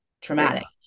traumatic